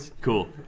Cool